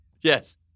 Yes